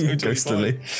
Ghostly